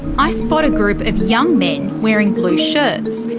i spot a group of young men wearing blue shirts.